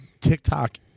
TikTok